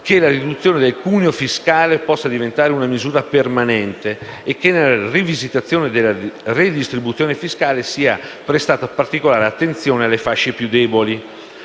che la riduzione del cuneo fiscale possa diventare una misura permanente e che nella rivisitazione della redistribuzione fiscale sia prestata particolare attenzione alle fasce più deboli.